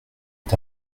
est